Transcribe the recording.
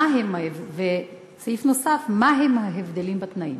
3. מה הם ההבדלים בתנאים?